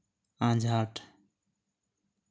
ᱟᱡᱷᱟᱴ